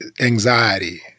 anxiety